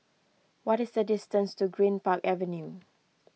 what is the distance to Greenpark Avenue